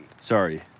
Sorry